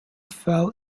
fell